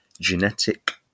genetic